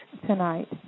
Tonight